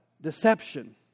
Deception